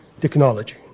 technology